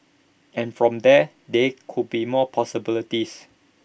and from there they could be more possibilities